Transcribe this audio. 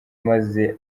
maze